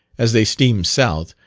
as they steamed south,